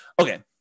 Okay